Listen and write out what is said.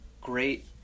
great